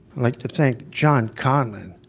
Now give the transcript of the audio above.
like to thank john conlon,